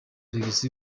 alex